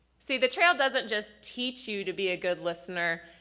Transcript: see the trail doesn't just teach you to be a good listener,